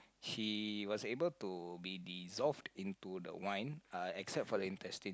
she was able to be dissolved into the wine uh except for the intestine